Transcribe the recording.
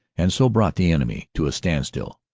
and so brought the enemy to a standstill,